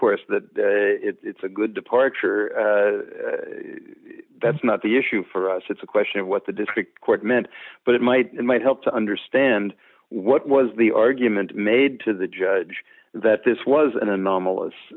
course that it's a good departure that's not the issue for us it's a question of what the district court meant but it might it might help to understand what was the argument made to the judge that this was an